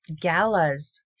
galas